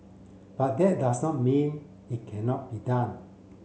but that does not mean it cannot be done